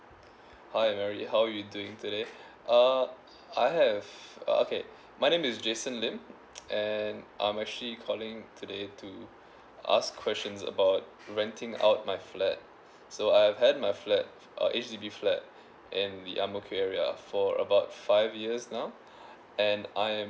hi Mary how are you doing today uh I have uh okay my name is Jason lim and I'm actually calling today to ask questions about renting out my flat so I've had my flat uh H_D_B flat at the ang mo kio area for about five years now and I'm